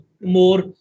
more